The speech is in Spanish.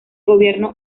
gobierno